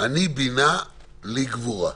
"אני בינה, לי גבורה".